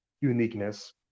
uniqueness